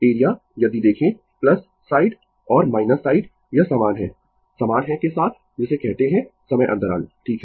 area यदि देखें side और माइनस साइड यह समान है समान है के साथ जिसे कहते है समय अंतराल ठीक है